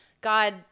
God